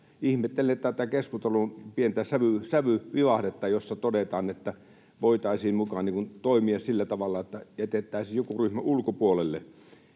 Ihmettelen tätä keskustelun pientä sävyvivahdetta, kun todetaan, että voitaisiin muka toimia sillä tavalla, että jätettäisiin joku ryhmä ulkopuolelle.